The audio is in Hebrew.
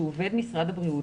שהוא עובד משרד הבריאות,